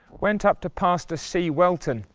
went up to pastor c welton,